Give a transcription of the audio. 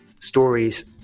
stories